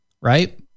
Right